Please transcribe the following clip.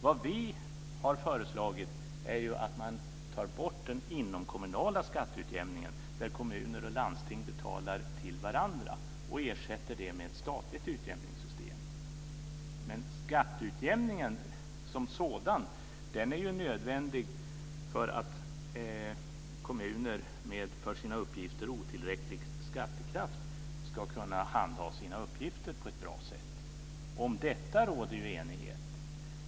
Vad vi har föreslagit är att man tar bort den inomkommunala skatteutjämningen, där kommuner och landsting betalar till varandra, och ersätter det med ett statligt utjämningssystem. Skatteutjämningen som sådan är ju nödvändig för att kommuner med för sina uppgifter otillräcklig skattekraft ska kunna handha sina uppgifter på ett bra sätt. Om detta råder det enighet.